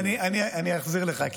אני אחזיר לך.